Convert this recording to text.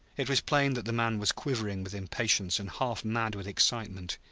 it was plain that the man was quivering with impatience and half-mad with excitement.